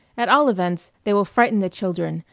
at all events, they will frighten the children,